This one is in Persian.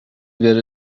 بره